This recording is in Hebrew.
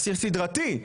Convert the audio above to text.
אסיר סדרתי,